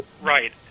Right